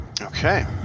Okay